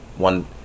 One